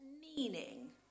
meaning